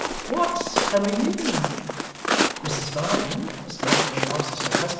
what's coming in mrs varden, as much at a loss as her husband,